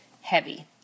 heavy